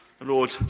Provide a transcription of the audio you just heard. Lord